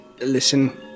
Listen